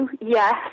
yes